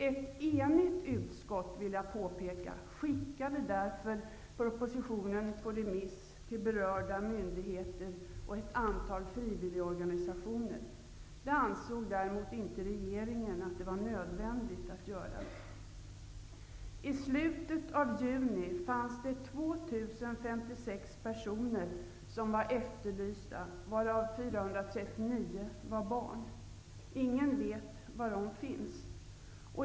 Ett enigt utskott, vill jag påpeka, skickade därför propositionen ut på remiss till berörda myndigheter och ett antal frivilligorganisationer. Det ansåg däremot regeringen inte var nödvändigt att göra. 439 var barn. Ingen vet var de finns.